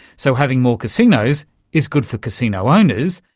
so having more casinos is good for casino owners,